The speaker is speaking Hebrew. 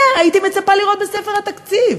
את זה הייתי מצפה לראות בספר התקציב,